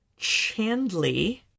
Chandley